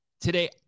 today